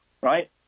right